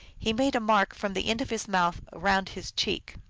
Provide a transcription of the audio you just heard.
he made a mark from the end of his mouth around his cheek.